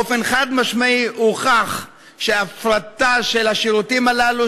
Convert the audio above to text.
באופן חד-משמעי הוכח שהפרטה של השירותים הללו,